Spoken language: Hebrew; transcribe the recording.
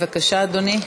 בבקשה, אדוני.